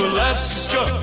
Alaska